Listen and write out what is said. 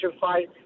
fight